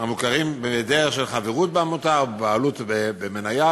המוכרים בדרך של חברות בעמותה או בעלות במניה,